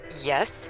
Yes